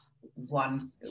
one